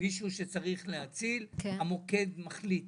מישהו שצריך להציל, המוקד מחליט